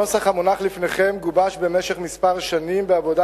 הנוסח המונח לפניכם גובש במשך כמה שנים בעבודה